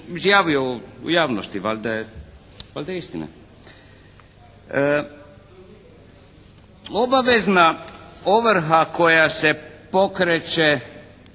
izjavio u javnosti, valjda je istina. Obavezna ovrha koja se pokreće